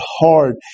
hard